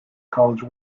college